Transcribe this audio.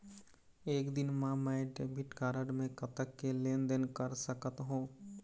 एक दिन मा मैं डेबिट कारड मे कतक के लेन देन कर सकत हो?